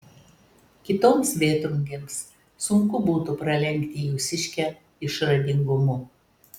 kitoms vėtrungėms sunku būtų pralenkti jūsiškę išradingumu